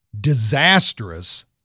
disastrous